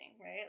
right